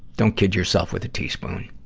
don't kid yourself with a teaspoon.